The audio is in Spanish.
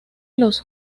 los